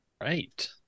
Right